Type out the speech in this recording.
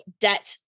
debt